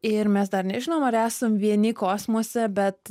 ir mes dar nežinom ar esam vieni kosmose bet